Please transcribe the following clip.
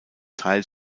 teil